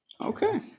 Okay